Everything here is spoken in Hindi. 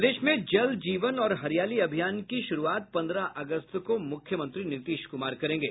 प्रदेश में जल जीवन और हरियाली अभियान की शुरूआत पन्द्रह अगस्त को मुख्यमंत्री नीतीश कुमार करेंगे